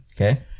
Okay